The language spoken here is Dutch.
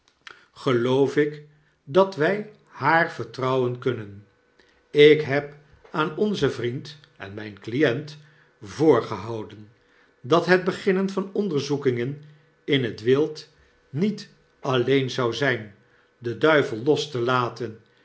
geloofik dat wy haar vertrouwen kunnen ik heb aan onzen vriend en myn client voorgehouden dat het beginnen van onderzoekingen in het wild niet alleen zou zyn den duivel los te laten